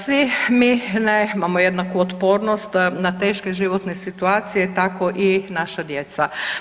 Svi mi nemamo jednaku otpornost na teške životne situacije, tako i naša djeca.